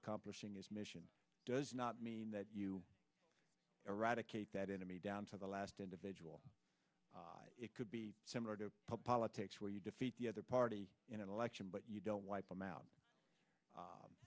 accomplishing its mission does not mean that you eradicate that enemy down to the last individual it could be similar to politics where you defeat the other party in an election but you don't wipe them out